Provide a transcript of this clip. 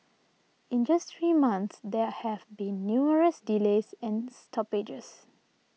in just three months there have been numerous delays and stoppages